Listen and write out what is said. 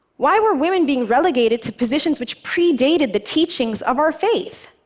why were women being relegated to positions which predated the teachings of our faith?